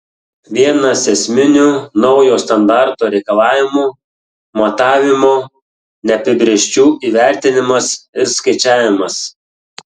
vienas esminių naujo standarto reikalavimų matavimų neapibrėžčių įvertinimas ir skaičiavimas